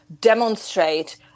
demonstrate